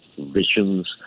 visions